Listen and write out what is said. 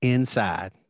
Inside